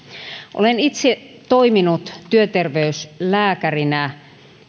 olen itse toiminut työterveyslääkärinä